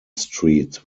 streets